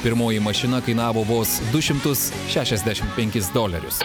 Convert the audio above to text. pirmoji mašina kainavo vos du šimtus šešiasdešimt penkis dolerius